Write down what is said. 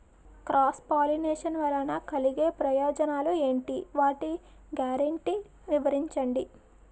Cross pollination వలన కలిగే ప్రయోజనాలు ఎంటి? వాటి గ్యారంటీ వివరించండి?